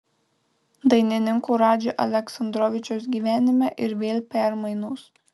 dainininko radži aleksandrovičiaus gyvenime ir vėl permainos